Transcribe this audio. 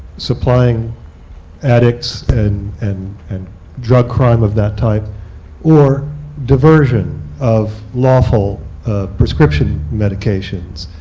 supplying addicts and and and drug crime of that type or diversion of lawful prescription medications,